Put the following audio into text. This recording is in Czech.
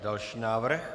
Další návrh.